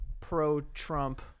pro-Trump